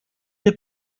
have